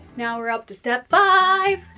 now we're up to step five.